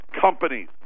companies